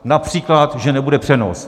Například že nebude přenos.